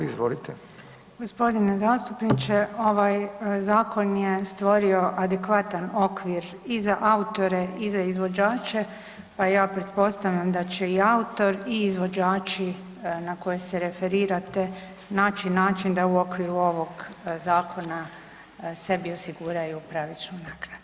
G. zastupniče, ovaj zakon je stvorio adekvatan okvir i za autore i za izvođače, pa ja pretpostavljam da će i autor i izvođači na koje se referirate naći način da u okviru ovog zakona sebi osiguraju pravičnu naknadu.